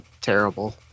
terrible